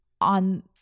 on